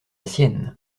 sienne